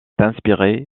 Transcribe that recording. inspiré